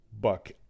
Buck